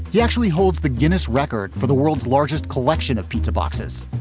he actually holds the guinness record for the world's largest collection of pizza boxes.